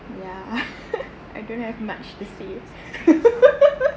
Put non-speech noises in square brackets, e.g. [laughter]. yeah [laughs] I don't have much to say [laughs]